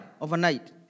overnight